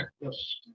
yes